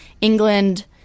England